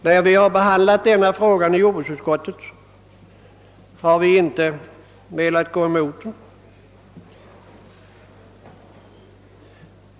När vi behandlat denna fråga i jordbruksutskottet har vi inte velat gå emot vad som föreslås i propositionen.